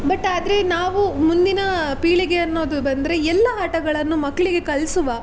but ಆದರೆ ನಾವು ಮುಂದಿನ ಪೀಳಿಗೆ ಅನ್ನೋದು ಬಂದರೆ ಎಲ್ಲ ಆಟಗಳನ್ನು ಮಕ್ಕಳಿಗೆ ಕಲಿಸುವ